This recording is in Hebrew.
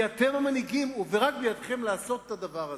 כי אתם המנהיגים, ורק בידיכם לעשות את הדבר הזה.